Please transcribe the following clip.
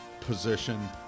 position